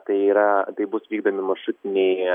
tai yra tai bus vykdomi maršrutiniai